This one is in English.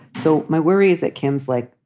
so my worry is that kim's like,